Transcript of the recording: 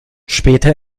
später